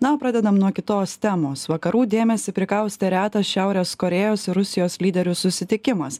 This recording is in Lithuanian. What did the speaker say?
na o pradedam nuo kitos temos vakarų dėmesį prikaustė retas šiaurės korėjos ir rusijos lyderių susitikimas